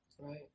Right